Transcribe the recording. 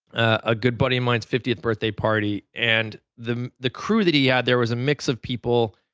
a good buddy of mine's fiftieth birthday party and the the crew that he had there was a mix of people,